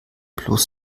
plus